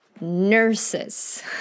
nurses